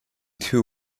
two